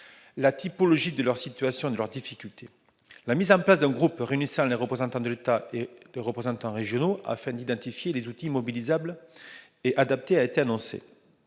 la typologie de leurs situations et de leurs difficultés. La mise en place d'un groupe réunissant des représentants de l'État et des régions afin d'identifier les outils mobilisables et adaptés a également